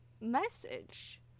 message